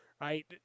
right